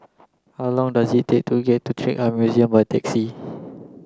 how long does it take to get to Trick Eye Museum by taxi